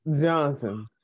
Johnson